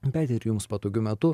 bet ir jums patogiu metu